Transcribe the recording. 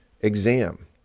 exam